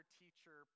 teacher